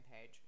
page